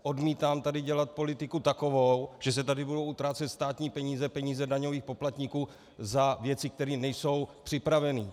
Odmítám tady dělat politiku takovou, že se tady budou utrácet státní peníze, peníze daňových poplatníků, za věci, které nejsou připraveny.